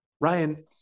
Ryan